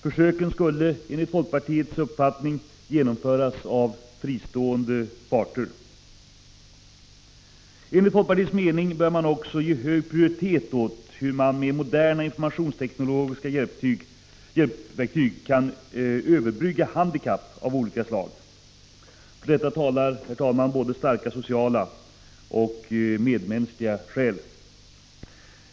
Försöken skulle enligt folkpartiets uppfattning genomföras av fristående parter. Enligt folkpartiets mening bör man också ge hög prioritet åt hur man med moderna informationsteknologiska hjälpverktyg kan överbrygga handikapp av olika slag. För detta talar både starka sociala och medmänskliga skäl.